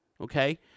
okay